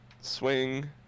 Swing